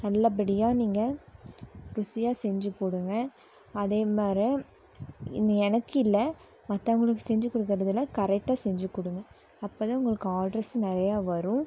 நல்லபடியாக நீங்கள் ருசியாக செஞ்சுப் போடுங்கள் அதே மாரி இன்னும் எனக்கு இல்லை மத்தவங்களுக்கு செஞ்சுக் கொடுக்கறதுல கரெக்டாக செஞ்சுக் கொடுங்க அப்போ தான் உங்களுக்கு ஆட்ரஸும் நிறையா வரும்